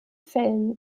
fällen